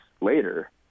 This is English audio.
later